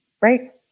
right